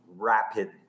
rapid